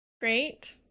Great